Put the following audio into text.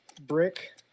brick